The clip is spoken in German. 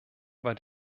war